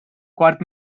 quart